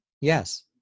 Yes